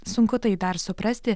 sunku tai dar suprasti